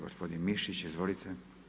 Gospodin Mišić, izvolite.